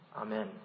Amen